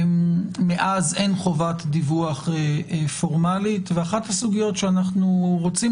מאז אין חובת דיווח פורמלית ואחת הסוגיות שאנחנו רוצים